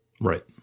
Right